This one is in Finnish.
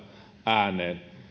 ääneen